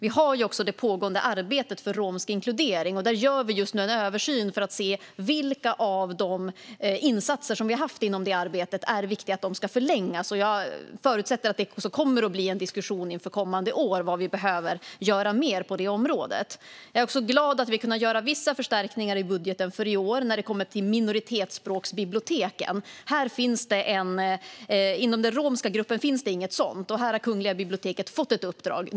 Vi har också det pågående arbetet för romsk inkludering, och där gör vi just nu en översyn för att se vilka av de insatser som vi har haft inom detta arbete som det är viktigt att förlänga. Jag förutsätter att det kommer att bli en diskussion inför kommande år om vad vi behöver göra mer på detta område. Jag är glad över att vi har kunnat göra vissa förstärkningar i budgeten för i år när det kommer till minoritetsspråksbiblioteken. Inom den romska gruppen finns inget sådant, och här har Kungliga biblioteket nu fått ett uppdrag.